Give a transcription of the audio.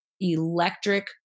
electric